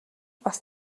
бас